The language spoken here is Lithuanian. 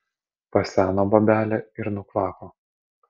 paseno bobelė ir nukvako